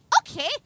okay